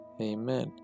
Amen